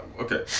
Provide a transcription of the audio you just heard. okay